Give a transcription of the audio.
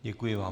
Děkuji vám.